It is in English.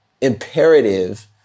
imperative